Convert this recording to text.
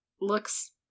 looks